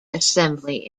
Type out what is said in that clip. assembly